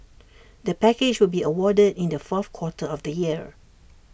the package will be awarded in the fourth quarter of the year